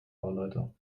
wahlleiter